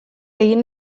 egin